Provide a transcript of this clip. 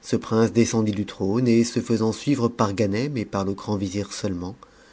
ce prince descendit du trône et se faisant suivre par ganem et par le grand vizir seulement